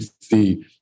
see